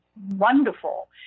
wonderful